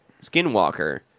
Skinwalker